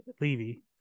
Levy